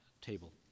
table